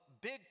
big